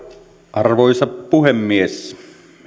arvoisa puhemies